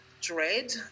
dread